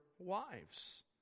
wives